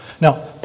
Now